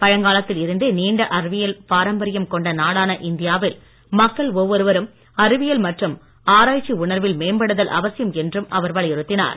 பழங்காலத்தில் இருந்தே நீண்ட அறிவியல் பாரம்பரியம் கொண்ட நாடான இந்தியாவில் மக்கள் ஒவ்வொருவரும் அறிவியல் மற்றும் ஆராய்ச்சி உணர்வில் மேம்படுதல் அவசியம் என்றும் அவர் வலியுறுத்தினார்